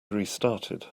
restarted